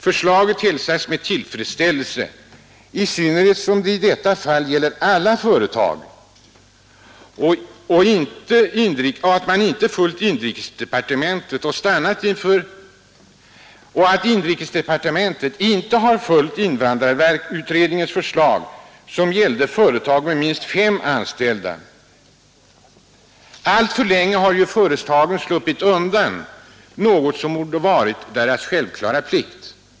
Förslaget hälsas med tillfred illelse, i synnerhet som det i detta fall gäller alla företag och inrikesdepartementet inte har följt invandrarutredningens förslag, som gällde företag med minst fem anställda. Alltför länge har företagen sluppit undan något som borde har varit deras självklara plikt.